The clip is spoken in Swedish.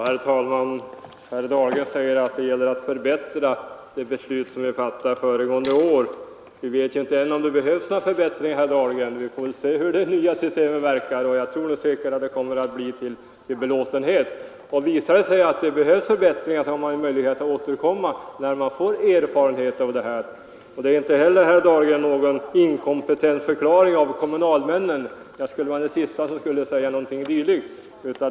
Herr talman! Herr Dahlgren framhåller att det gäller att förbättra det beslut som vi fattade förra året. Men vi vet ännu inte om någon förbättring behövs, herr Dahlgren. Vi får väl se hur det nya systemet verkar. Jag tror att det säkert kommer att bli till belåtenhet. Visar det sig att förbättringar behövs, har man möjlighet att återkomma, när man har fått erfarenheter av det nya systemet. Det innebär inte heller, herr Dahlgren, någon inkompetensförklaring av kommunalmännen. Jag skulle vara den siste att påstå någonting dylikt.